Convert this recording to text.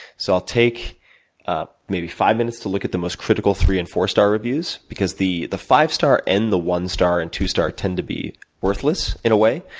so, i will take ah maybe five minutes to look at the most critical three and four-star reviews. because the the five-star, and the one-star and two-star tend to be worthless, in a way,